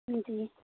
جی